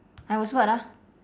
I was what ah